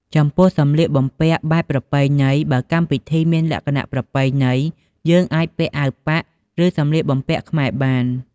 ចំពោះសម្លៀកបំពាក់បែបប្រពៃណីបើកម្មពិធីមានលក្ខណៈប្រពៃណី យើងអាចពាក់អាវប៉ាក់ ឬសម្លៀកបំពាក់ខ្មែរបាន។